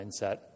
mindset